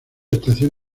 estación